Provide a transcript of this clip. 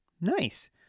Nice